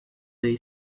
day